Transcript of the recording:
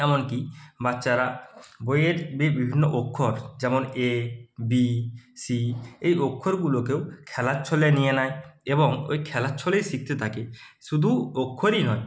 এমনকি বাচ্চারা বইয়ের বিভিন্ন অক্ষর যেমন এ বি সি এই অক্ষরগুলোকেও খেলার ছলে নিয়ে নেয় এবং ওই খেলার ছলেই শিখতে থাকে শুধু অক্ষরই নয়